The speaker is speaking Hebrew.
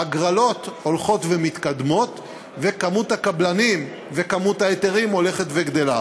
ההגרלות הולכות ומתקדמות ומספר הקבלנים ומספר ההיתרים הולכים וגדלים.